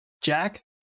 Jack